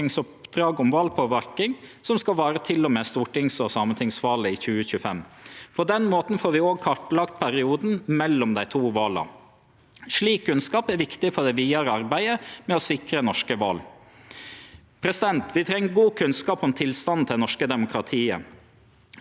Slik kunnskap er viktig for det vidare arbeidet med å sikre norske val. Vi treng god kunnskap om tilstanden til det norske demokratiet og må difor følgje utviklinga tett for å utvikle og halde på sterke sider og sette inn treffsikre tiltak mot utfordringar som kan svekkje demokratiet vårt.